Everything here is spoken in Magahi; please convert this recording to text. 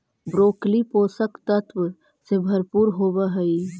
ब्रोकली पोषक तत्व से भरपूर होवऽ हइ